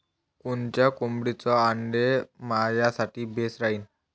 कोनच्या कोंबडीचं आंडे मायासाठी बेस राहीन?